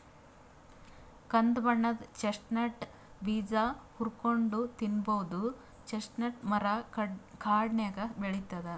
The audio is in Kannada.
ಕಂದ್ ಬಣ್ಣದ್ ಚೆಸ್ಟ್ನಟ್ ಬೀಜ ಹುರ್ಕೊಂನ್ಡ್ ತಿನ್ನಬಹುದ್ ಚೆಸ್ಟ್ನಟ್ ಮರಾ ಕಾಡ್ನಾಗ್ ಬೆಳಿತದ್